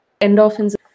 endorphins